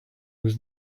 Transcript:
was